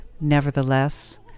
Nevertheless